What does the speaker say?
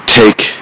take